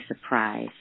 surprise